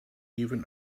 even